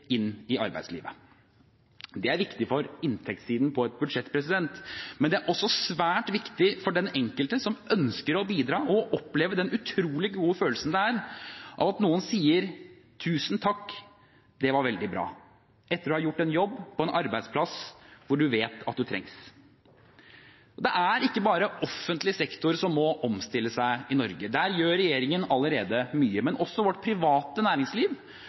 inn i arbeidslivet. Det er viktig for inntektssiden på et budsjett, men det er også svært viktig for den enkelte som ønsker å bidra og oppleve den utrolig gode følelsen det er at noen sier tusen takk, det var veldig bra, etter å ha gjort en jobb på en arbeidsplass hvor en vet at en trengs. Det er ikke bare offentlig sektor som må omstille seg i Norge. Der gjør regjeringen allerede mye. Også vårt private næringsliv